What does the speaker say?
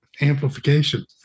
amplification